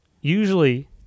usually